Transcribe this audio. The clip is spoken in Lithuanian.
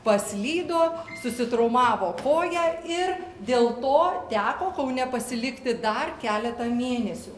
paslydo susitraumavo koją ir dėl to teko kaune pasilikti dar keletą mėnesių